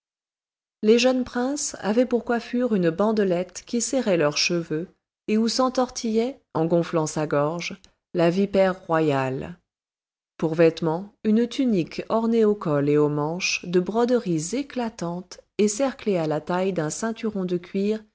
les jeunes princes avaient pour coiffure une bandelette qui serrait leurs cheveux et où s'entortillait en gonflant sa gorge la vipère royale pour vêtement une tunique ornée au col et aux manches de broderies éclatantes et cerclée à la taille d'un ceinturon de cuir